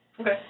Okay